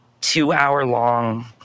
two-hour-long